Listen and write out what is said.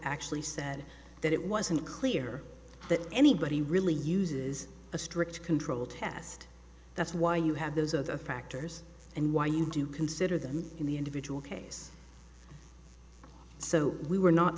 actually said that it wasn't clear that anybody really uses a strict control test that's why you have those other factors and why you do consider them in the individual case so we were not